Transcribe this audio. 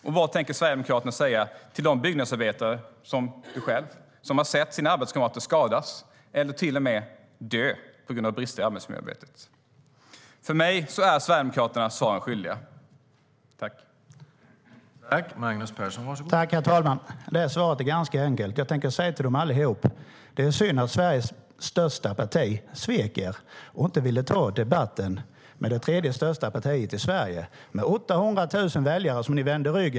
Och vad tänker Sverigedemokraterna säga till de byggnadsarbetare, som Magnus Persson själv, som har sett sina arbetskamrater skadas eller till och med dö på grund av brister i arbetsmiljöarbetet? För mig är Sverigedemokraterna svaren skyldiga.